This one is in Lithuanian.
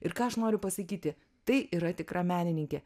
ir ką aš noriu pasakyti tai yra tikra menininkė